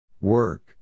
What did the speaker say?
Work